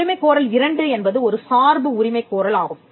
உரிமைக்கோரல் 2 என்பது ஒரு சார்பு உரிமைக்கோரல் ஆகும்